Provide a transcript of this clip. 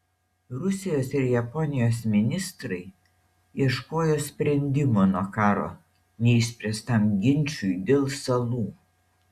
rusijos ir japonijos ministrai ieškojo sprendimo nuo karo neišspręstam ginčui dėl salų